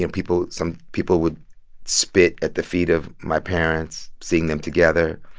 and people some people would spit at the feet of my parents, seeing them together.